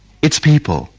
its people,